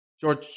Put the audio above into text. George